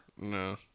No